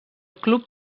club